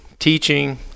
teaching